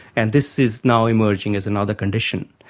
and this is now emerging as another condition.